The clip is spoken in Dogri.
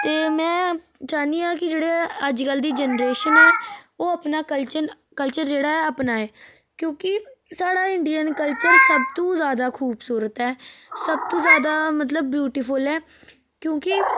ते में चाह्न्नी आं कि जेह्ड़े अज्ज कल्ल दी जेनरेशन ऐ ओह् अपना कल्चर जेह्ड़़ा ऐ ओह् अपनाए क्योंकि स्हाड़ा इंडियन कल्चर सबतूं ज्यादा खूबसूरत ऐ सबतूं ज्यादा मतलब ब्यूटीफुल ऐ क्योंकि